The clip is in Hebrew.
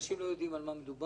אנשים לא יודעים על מה מדובר.